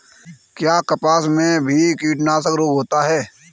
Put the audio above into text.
क्या कपास में भी कीटनाशक रोग होता है?